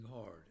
hard